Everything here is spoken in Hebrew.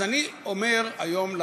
אז אני אומר לכם היום: